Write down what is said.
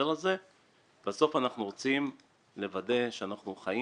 בסוף אנחנו רוצים לוודא שאנחנו חיים